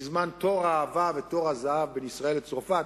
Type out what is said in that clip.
בזמן תור האהבה ותור הזהב בין ישראל לצרפת,